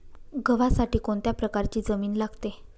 गव्हासाठी कोणत्या प्रकारची जमीन लागते?